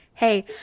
Hey